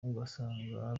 ugasanga